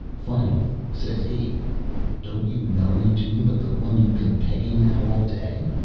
finally, says he don't you know any tune but the one you've been pegging at all day?